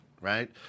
right